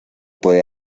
puede